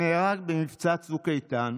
שנהרג במבצע צוק איתן,